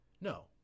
No